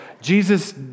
Jesus